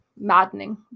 maddening